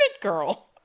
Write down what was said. girl